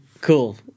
cool